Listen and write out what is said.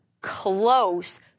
close